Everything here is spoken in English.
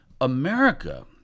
america